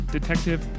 Detective